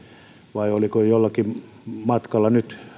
vai oliko se jollakin matkalla nyt